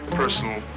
personal